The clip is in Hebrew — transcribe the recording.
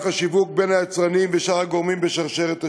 השיווק בין היצרנים ושאר הגורמים בשרשרת השיווק.